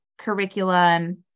curriculum